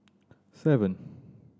seven